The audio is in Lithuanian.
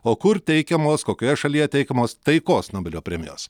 o kur teikiamos kokioje šalyje teikiamos taikos nobelio premijos